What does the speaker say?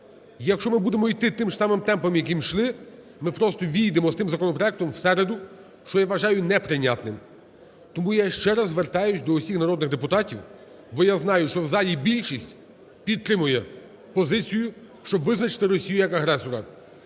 Якщо ми будемо йти тим же самим темпом, яким йшли, ми просто ввійдемо з тим законопроектом в середу, що я вважаю неприйнятним. Тому я ще раз звертаюся до усіх народних депутатів, бо я знаю, що в залі більшість підтримує позицію, щоб визначити Росію як агресора.